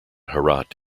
herat